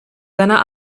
seiner